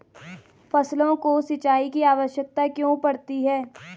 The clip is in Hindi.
फसलों को सिंचाई की आवश्यकता क्यों पड़ती है?